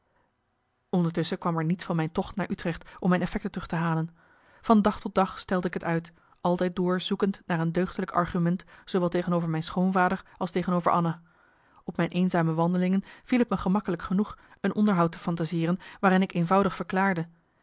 ondertusschen kwam er niets van mijn tocht naar utrecht om mijn effekten terug te halen van dag tot dag stelde ik t uit altijd door zoekend naar een deugdelijk argument zoowel tegenover mijn schoonvader als tegenover anna op mijn eenzame wandelingen viel t me gemakkelijk genoeg een onderhoud te fantaseeren waarin ik eenvoudig verklaarde